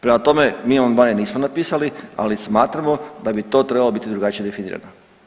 Prema tome, mi amandmane nismo napisali, ali smatramo da bi to trebalo biti drugačije definirano.